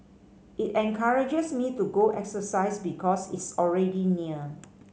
it encourages me to go exercise because it's already near